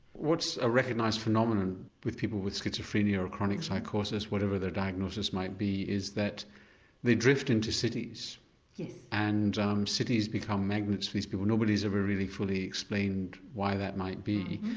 what's a recognised phenomenon with people with schizophrenia or chronic psychosis whatever their diagnosis might be is that they drift into cities yeah and um cities become magnets for these people, nobody's ever really fully explained why that might be.